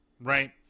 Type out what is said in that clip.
right